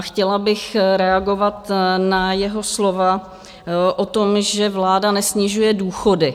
Chtěla bych reagovat na jeho slova o tom, že vláda nesnižuje důchody.